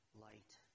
light